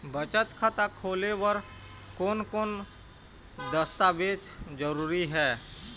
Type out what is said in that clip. बचत खाता खोले बर कोन कोन दस्तावेज जरूरी हे?